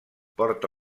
porta